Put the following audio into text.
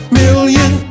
million